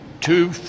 two